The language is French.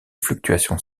fluctuations